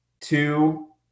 Two